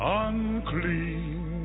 unclean